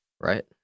Right